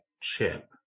Chip